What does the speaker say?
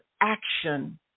action